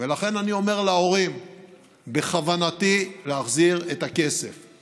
להורים בעקבות ביטול המסעות לפולין.